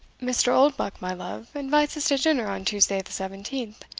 mr. oldbuck, my love, invites us to dinner on tuesday the seventeenth,